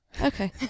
Okay